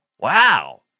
Wow